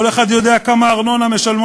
כל אחד יודע כמה ארנונה משלמים